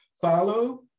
follow